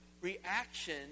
reaction